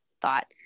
thought